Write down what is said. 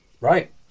right